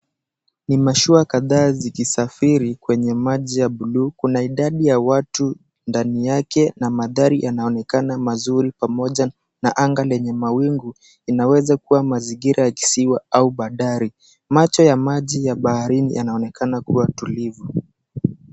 Ni mashua kadhaa zikisafiri kwenye maji ya buluu. Kuna idadi ya watu ndani yake na mandhari yanaonekana mazuri, pamoja na anga yenye mawingu. Inaweza kuwa mazingira ya kisiwa au bandari, maji ya baharini yanaonekana kuwa tulivu.